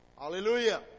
Hallelujah